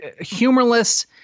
humorless